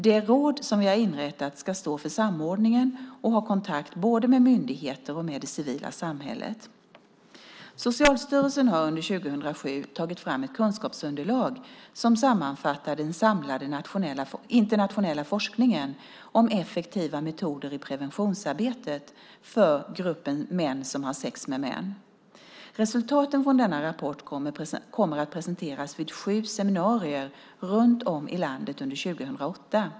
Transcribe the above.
Det råd som vi har inrättat ska stå för samordningen och ha kontakt både med myndigheterna och med det civila samhället. Socialstyrelsen har under 2007 tagit fram ett kunskapsunderlag som sammanfattar den samlade internationella forskningen om effektiva metoder i preventionsarbetet för gruppen män som har sex med män. Resultaten från denna rapport kommer att presenteras vid sju seminarier runt om i landet under 2008.